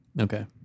Okay